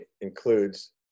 includes